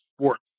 sports